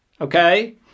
Okay